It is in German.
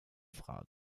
frage